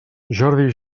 jordi